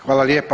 Hvala lijepa.